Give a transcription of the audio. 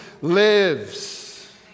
lives